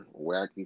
wacky